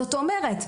זאת אומרת,